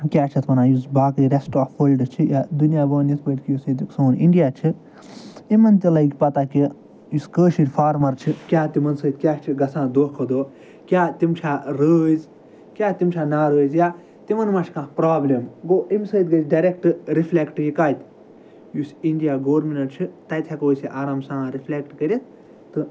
کیٛاہ چھِ اَتھ وَنان یُس باقٕے رٮ۪سٹ آو وٲلڈٕ چھِ یا دُنیا بہٕ وَنہٕ یِتھ پٲٹھۍ کہِ یُس ییٚتیُک سون اِنٛڈِیا چھِ یِمَن تہِ لَگہِ پتہ کہِ یُس کٲشِرۍ فارمَر چھِ کیٛاہ تِمَن سۭتۍ کیٛاہ چھِ گژھان دۄہ کھۄ دۄہ کیٛاہ تِم چھےٚ رٲضۍ کیٛاہ تِم چھےٚ نارٲضۍ یا تِمَن مَہ چھِ کانٛہہ پرٛابلِم گوٚو اَمہِ سۭتۍ گَژھِ ڈٮ۪رٮ۪کٹ رِفلٮ۪کٹ یہِ کَتہِ یُس اِنٛڈِیا گورمِنٮ۪نٛٹ چھِ تَتہِ ہٮ۪کو أسۍ یہِ آرام سان رِفلٮ۪کٹ کٔرِتھ تہٕ